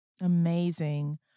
Amazing